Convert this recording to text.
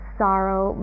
sorrow